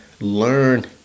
learn